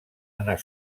anar